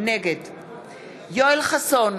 נגד יואל חסון,